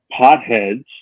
potheads